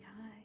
hi